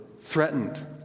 threatened